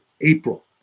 April